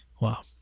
Wow